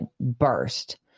burst